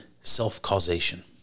self-causation